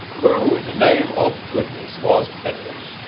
who, in the name of goodness, was petheram?